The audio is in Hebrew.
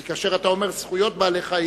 כי כאשר אתה אומר "זכויות בעלי-חיים",